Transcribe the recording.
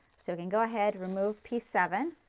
so you can go ahead, remove piece seven